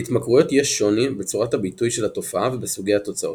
להתמכרויות יש שוני בצורת הביטוי של התופעה ובסוגי התוצאות,